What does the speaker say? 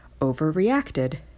overreacted